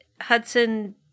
Hudson